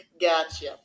Gotcha